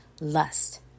lust